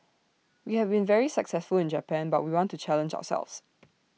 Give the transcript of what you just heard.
we have been very successful in Japan but we want to challenge ourselves